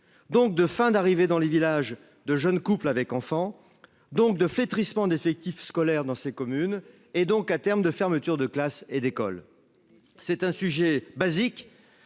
donc de fin d'arriver dans les villages de jeunes couples avec enfants donc de flétrissement d'effectifs scolaires dans ces communes et donc à terme de fermetures de classes et d'écoles. C'est un sujet basic.